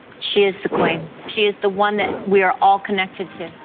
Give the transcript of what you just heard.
she is the queen. she is the one that we're all connected to.